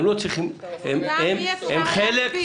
אותם אי אפשר להקפיא.